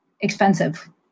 expensive